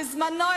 בזמנו,